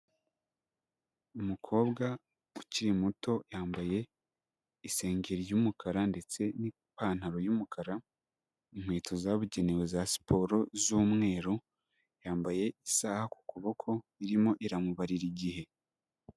Umukobwa ukiri muto yambaye isengeri y'umukara ndetse n'ipantaro y'umukara, inkweto zabugenewe za siporo z'umweru, yambaye isaha ku kuboko irimo iramubarira igihe.